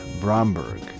Bromberg